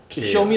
okay lah